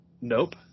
nope